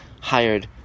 hired